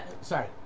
Sorry